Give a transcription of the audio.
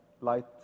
light